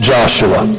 Joshua